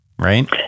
Right